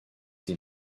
have